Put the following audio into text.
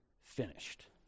finished